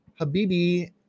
Habibi